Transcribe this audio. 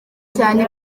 cyane